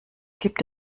gibt